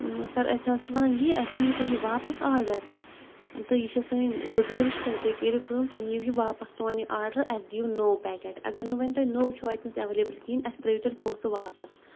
سَر أسۍ حظ چھِ وَنان یی اَسہِ نِیِو تُہۍ یہِ واپَس آرڈر تہٕ یہِ چھَ سٲنۍ گُزٲرِش تۄہہِ تُہۍ کٔرِو تُہۍ نِیِو یہِ واپَس سون یہِ آرڈر اَسہِ دِیِو نو پیکیٹ اگر نہٕ وۄنۍ تۄہہِ نو چھُ اَتہِ نَس ایویلیبٕل کِہیٖنۍ اَسہِ ترٛٲیِو تیٚلہِ پونٛسہٕ واپَس